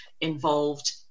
involved